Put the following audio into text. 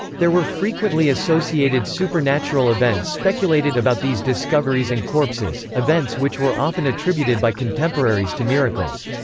there were frequently associated supernatural events speculated about these discoveries and corpses, events which were often attributed by contemporaries to miracles.